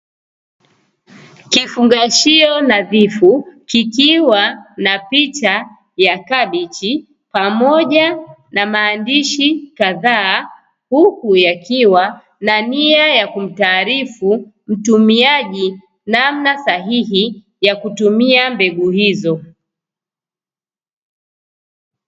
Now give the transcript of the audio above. Kifungashio nadhifu kikiwa na picha ya kabichi pamoja na maandishi kadhaa, huku yakiwa na nia ya kumtaarifu mtumiaji namna sahihi ya kutumia mbegu hizo.